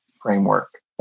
framework